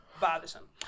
bothersome